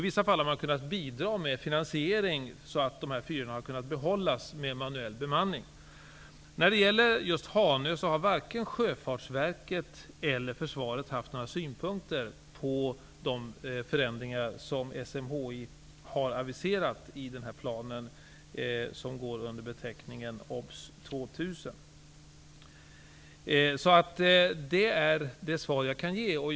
I vissa fall har man kunnat bidra med finansiering så att dessa fyrar har kunnat behållas med manuell bemanning. När det gäller just Hanö har varken Sjöfartsverket eller Försvaret haft några synpunkter på de förändringar som SMHI har aviserat i denna plan som går under beteckningen OBS 2000. Detta är det svar jag kan ge.